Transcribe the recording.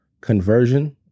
conversion